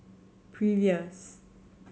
previous